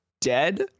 dead